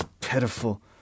pitiful